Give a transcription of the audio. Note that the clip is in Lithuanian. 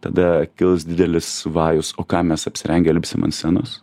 tada kils didelis vajus o ką mes apsirengę lipsim ant scenos